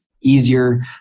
easier